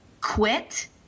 quit